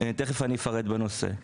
ותכף אני אפרט בנושא.